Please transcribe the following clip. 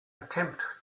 attempt